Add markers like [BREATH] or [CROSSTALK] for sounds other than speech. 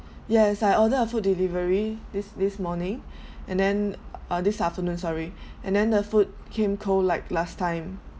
yes I order a food delivery this this morning [BREATH] and then uh this afternoon sorry and then the food came cold like last time